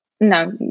No